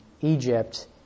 Egypt